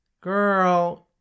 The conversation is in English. Girl